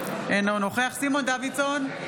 אינו נוכח סימון דוידסון,